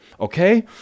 okay